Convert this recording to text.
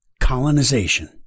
colonization